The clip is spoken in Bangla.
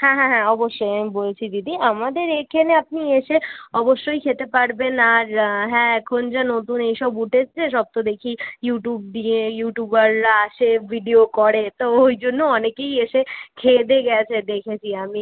হ্যাঁ হ্যাঁ হ্যাঁ অবশ্যই আমি বলছি দিদি আমাদের এখানে আপনি এসে অবশ্যই খেতে পারবেন আর হ্যাঁ এখন যা নতুন এই সব উঠেছে সব তো দেখি ইউটিউব দিয়ে ইউটিউবাররা আসে ভিডিও করে তো ওই জন্য অনেকেই এসে খেয়ে দেয়ে গেছে দেখেছি আমি